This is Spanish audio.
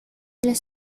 las